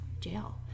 jail